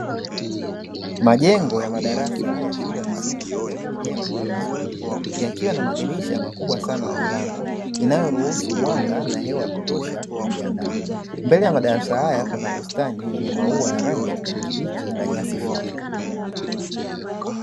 Majengo ya madarasa ya shule ya msingi yaliyojengwa vizuri yakiwa na madirisha makubwa sana na milango, inayoruhusu mwanga na hewa ya kutosha kuingia ndani. Mbele ya madarasa haya kuna bustani yenye maua ya ranig ya kijani kibichi na nyasi fupi.